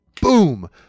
boom